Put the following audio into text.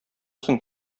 соң